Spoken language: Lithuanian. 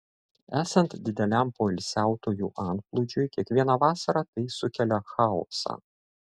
esant dideliam poilsiautojų antplūdžiui kiekvieną vasarą tai sukelia chaosą